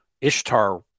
Ishtar